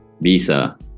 visa